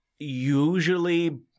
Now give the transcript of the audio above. Usually